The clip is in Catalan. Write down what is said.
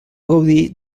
gaudir